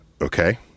okay